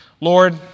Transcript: Lord